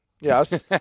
yes